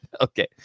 Okay